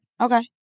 Okay